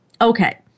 Okay